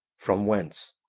from whence?